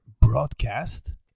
broadcast